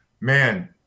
man